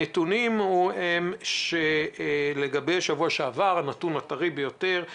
הנתון הטרי ביותר לגבי שבוע שעבר, אומר